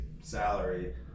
salary